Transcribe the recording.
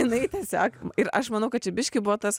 jinai tiesiog ir aš manau kad čia biškį buvo tas